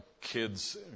kids